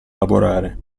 lavorare